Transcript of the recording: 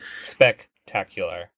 spectacular